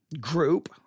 group